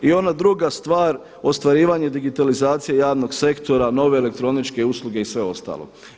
I onda druga stvar ostvarivanje digitalizacije javnog sektora, nove elektroničke usluge i sve ostalo.